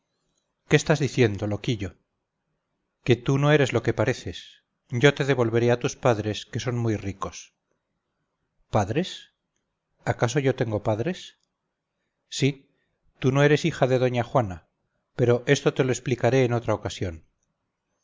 qué estás diciendo loquillo que tú no eres lo que pareces yo te devolveré a tus padres que son muy ricos padres acaso yo tengo padres sí tú no eres hija de doña juana pero esto te lo explicaré en otra ocasión